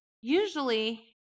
Usually